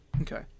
Okay